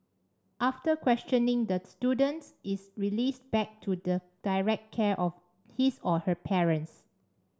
after questioning the student is released back to the direct care of his or her parents